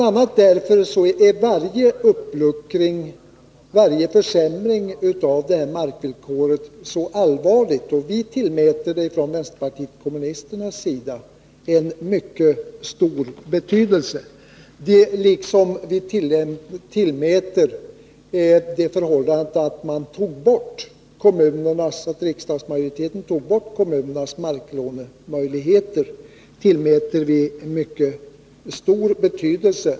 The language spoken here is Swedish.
a. därför är varje försämring av markvillkoret så allvarlig. Vänsterpartiet kommunisterna tillmäter det mycket stor betydelse, liksom vi tillmäter det förhållandet att riksdagsmajoriteten tog bort kommunernas marklånemöjligheter mycket stor betydelse.